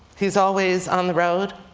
he's always on the road.